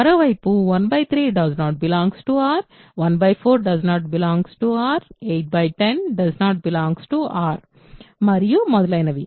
మరోవైపు 1 3 R 16 R 8 10 R మరియు మొదలైనవి